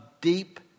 deep